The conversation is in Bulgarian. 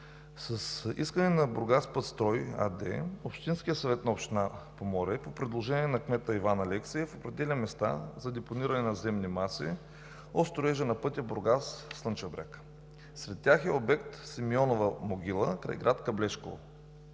С искане на „Бургаспътстрой“ АД Общинският съвет на община Поморие, по предложение на кмета Иван Алексиев, определя места за депониране на земни маси от строежа на пътя Бургас – Слънчев бряг. Сред тях е обект „Симеонова могила“ край град Каблешково.